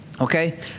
Okay